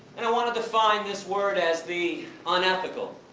and i want to define this word as the unethical,